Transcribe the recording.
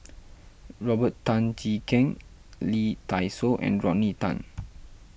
Robert Tan Jee Keng Lee Dai Soh and Rodney Tan